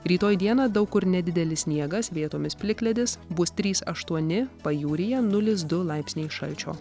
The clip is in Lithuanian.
rytoj dieną daug kur nedidelis sniegas vietomis plikledis bus trys aštuoni pajūryje nulis du laipsniai šalčio